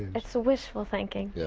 it's ah wishful thinking. yeah